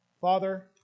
Father